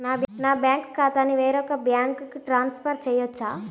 నా బ్యాంక్ ఖాతాని వేరొక బ్యాంక్కి ట్రాన్స్ఫర్ చేయొచ్చా?